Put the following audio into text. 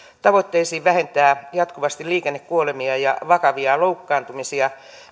tavoitteisiin vähentää jatkuvasti liikennekuolemia ja vakavia loukkaantumisia